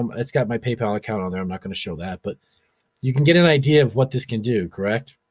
um it's got my paypal account on there. i'm not gonna show that, but you can get an idea of what this can do, correct,